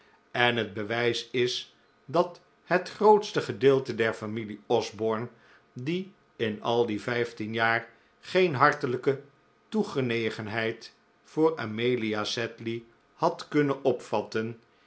en het bewijs is dat het grootste gedeelte der familie osborne die in al die vijftien jaar geen hartelijke toegenegenheid voor amelia sedley had kunnen opvatten